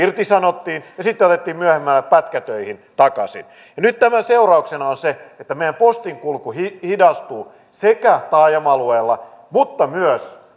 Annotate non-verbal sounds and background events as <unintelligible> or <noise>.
<unintelligible> irtisanottiin ja sitten otettiin myöhemmin pätkätöihin takaisin ja nyt tämän seurauksena on se että meidän postin kulku hidastuu taajama alueilla mutta myös <unintelligible>